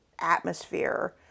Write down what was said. atmosphere